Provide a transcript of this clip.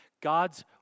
God's